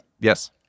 yes